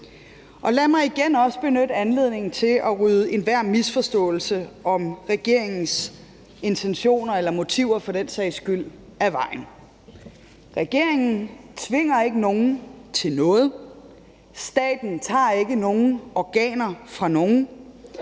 Lad mig igen benytte anledningen til at rydde enhver misforståelse om regeringens intentioner eller motiver for den sags skyld af vejen. Regeringen tvinger ikke nogen til noget. Staten tager ikke nogen organer fra nogen.